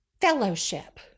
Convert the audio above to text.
fellowship